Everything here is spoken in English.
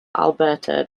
alberta